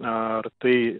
ar tai